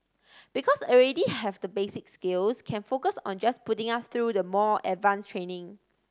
because already have the basic skills can focus on just putting us through the more advance training